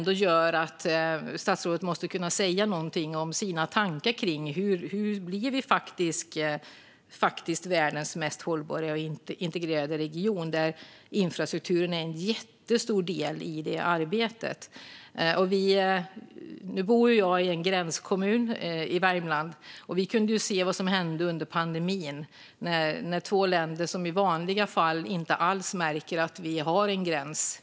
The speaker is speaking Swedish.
Det gör att statsrådet måste kunna säga något om sina tankar om hur vi faktiskt blir världens mest hållbara och integrerade region och där infrastrukturen är en jättestor del i arbetet. Jag bor i en gränskommun i Värmland. Vi kunde se vad som hände under pandemin. I vanliga fall märker vi inte alls att vi har en gräns mellan två länder.